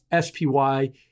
SPY